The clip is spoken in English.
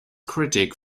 critic